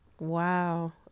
Wow